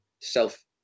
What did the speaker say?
self